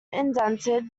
indented